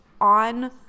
on